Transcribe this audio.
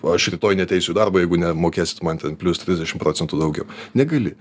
aš rytoj neateisiu į darbą jeigu nemokėsit man ten plius trisdešimt procentų daugiau negali